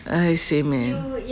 ah same man